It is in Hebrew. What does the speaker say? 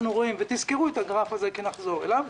תזכרו את הגרף הזה כי נחזור אליו.